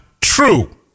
true